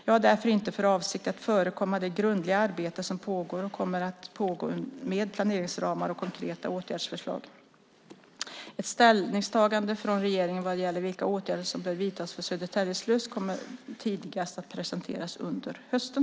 Jag har inte för avsikt att förekomma det grundliga arbete som pågår och kommer att pågå med planeringsramar och konkreta åtgärdsförslag. Ett ställningstagande från regeringen vad gäller vilka åtgärder som bör vidtas för Södertälje sluss kommer att presenteras tidigast under hösten.